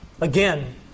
Again